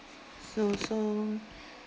so so